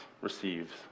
receives